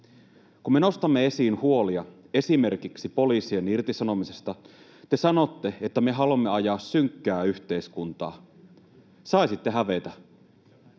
Kun me nostamme esiin huolia esimerkiksi poliisien irtisanomisesta, te sanotte, että me haluamme ajaa synkkää yhteiskuntaa. Saisitte hävetä.